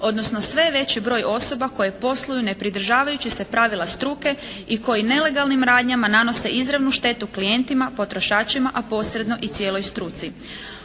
odnosno sve je veći broj osoba koje posluju ne pridržavajući se pravila struke i koji nelegalnim radnjama nanose izravnu štetu klijentima potrošačima a posredno i cijeloj struci.